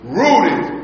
rooted